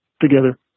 together